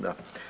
Da.